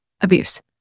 abuse